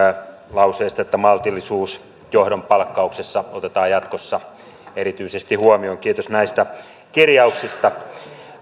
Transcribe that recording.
lauseesta että maltillisuus johdon palkkauksessa otetaan jatkossa erityisesti huomioon kiitos näistä kirjauksista